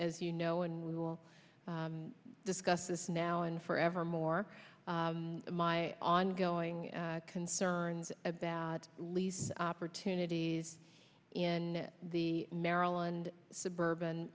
as you know and we will discuss this now and forevermore my ongoing concerns about lease opportunities in the maryland suburban